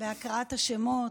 מהקראת השמות.